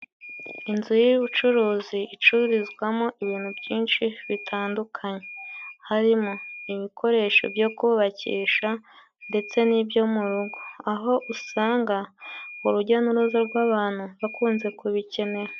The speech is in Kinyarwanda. Izu y'ubucuruzi icururizwamo ibintu byinshi bitandukanye, harimo ibikoresho byo kubakisha, ndetse n'ibyo mu rugo, aho usanga urujya n'uruza rw'abantu bakunze kubikenera.